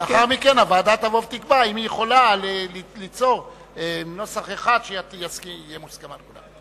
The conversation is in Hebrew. לאחר מכן הוועדה תקבע אם היא יכולה ליצור נוסח אחד שיהיה מוסכם על כולם.